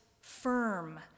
firm